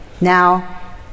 Now